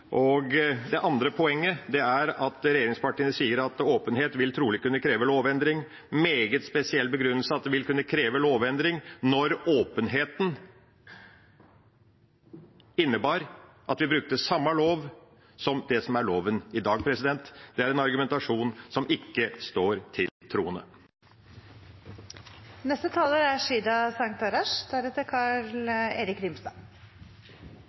Og det andre poenget er at regjeringspartiene sier at åpenhet trolig vil kunne kreve lovendring – en meget spesiell begrunnelse at det vil kunne kreve lovendring når åpenheten innebar at vi brukte samme lov som det som er loven i dag. Det er en argumentasjon som ikke står til troende. Hvis vi ser på de lange linjene, er